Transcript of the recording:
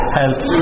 health